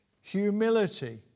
humility